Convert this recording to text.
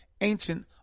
ancient